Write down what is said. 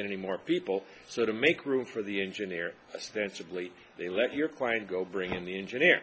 get any more people so to make room for the engineer stance really they let your client go bring in the engineer